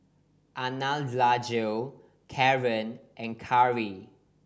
Anjali Kaaren and Karri